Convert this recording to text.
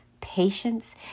patience